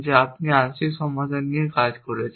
যে আপনি আংশিক সমাধান নিয়ে কাজ করছেন